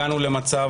הגענו למצב,